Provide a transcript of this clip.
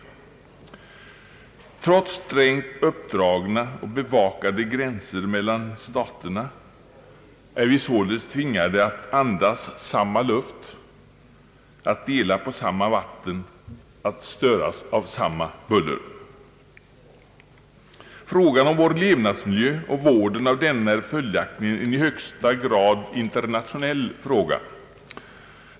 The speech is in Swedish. Trots strängt uppdragna och bevakade gränser mellan staterna är vi således tvingade att andas samma luft, att dela på samma vatten, att störas av samma buller. Frågan om vår levnadsmiljö och vården av denna är följaktligen en i högsta grad internationell fråga.